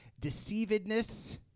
deceivedness